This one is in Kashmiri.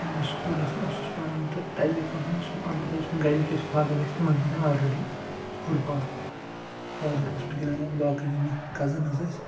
ییٚلہِ بہٕ سُکوٗلس اوسُس پَران تہٕ تَتہِ گٔے کٲم مےٚ اوس البتہ یُس مےٚ گَرِکۍ ٲسۍ فادر ٲسۍ تِم ٲسۍ گِنٛدان آلریٚڈی فُڈ بال فادر اوس مےٚ گِنٛدان یا باقٕے یِمہٕ کَزٕنٕز ٲسۍ